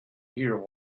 hear